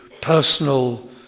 personal